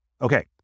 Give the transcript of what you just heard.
Okay